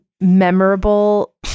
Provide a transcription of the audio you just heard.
memorable